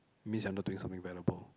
means you are not doing something valuable